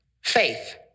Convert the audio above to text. Faith